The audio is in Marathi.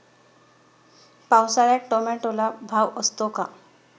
पावसाळ्यात टोमॅटोला भाव असतो का?